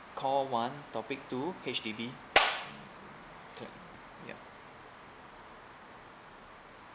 call one topic two H_D_B clap yup